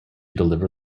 deliver